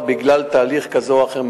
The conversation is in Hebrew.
בגלל תהליך כזה או אחר,